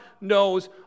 knows